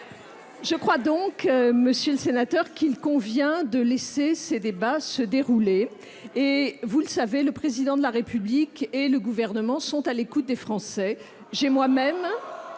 Je crois donc, monsieur le sénateur, qu'il convient de laisser ces débats se dérouler. Vous le savez, le Président de la République et le Gouvernement sont à l'écoute des Français. Mais oui